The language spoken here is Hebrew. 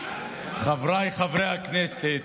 חבריי חברי הכנסת,